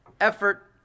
effort